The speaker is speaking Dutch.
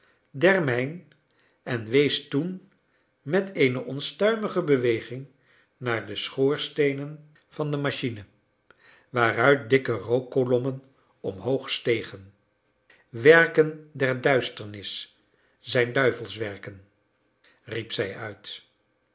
mijn en wees toen met eene onstuimige beweging naar de schoorsteenen van de machine waaruit dikke rookkolommen omhoog stegen werken der duisternis zijn duivelswerken riep zij uit